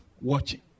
watching